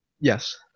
Yes